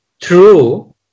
true